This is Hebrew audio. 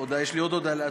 יש לי עוד הודעה להצבעה.